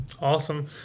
Awesome